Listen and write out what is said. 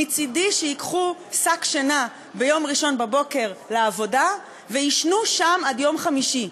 מצדי שייקחו שק שינה ביום ראשון בבוקר לעבודה ויישנו שם עד יום חמישי.